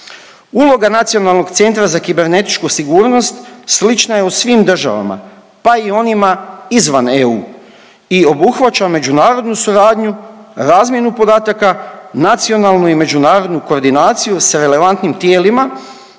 Uloga Nacionalnog centra za kibernetičku sigurnost slična je u svim državama pa i onima izvan EU i obuhvaća međunarodnu suradnju, razmjenu podataka, nacionalnu i međunarodnu koordinaciju s relevantnim tijelima